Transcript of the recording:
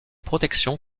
protections